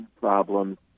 problems